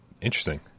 Interesting